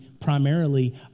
primarily